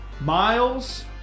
Miles